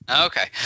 Okay